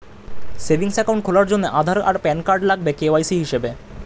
savings account খোলার জন্যে আধার আর প্যান কার্ড লাগবে কে.ওয়াই.সি হিসেবে